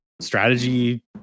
strategy